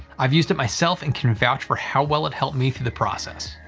i've used it myself and can vouch for how well it helped me through the process.